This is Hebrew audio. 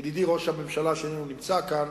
ידידי ראש הממשלה שאיננו נמצא כאן,